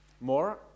More